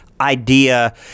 idea